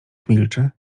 milczy